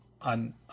on